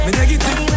negative